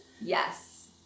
Yes